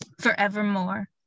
forevermore